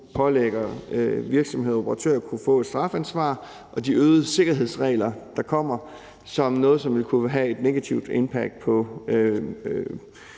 pålægger virksomheder og operatører et strafansvar, og de øgede sikkerhedsregler, der kommer, som noget, som ville kunne have en negativ impact på